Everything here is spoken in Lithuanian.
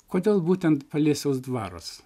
kodėl būtent paliesiaus dvaras